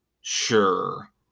Sure